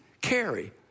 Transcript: carry